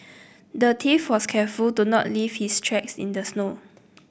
the thief was careful to not leave his tracks in the snow